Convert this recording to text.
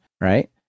right